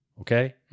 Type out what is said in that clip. okay